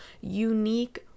unique